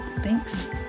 Thanks